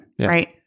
right